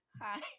Hi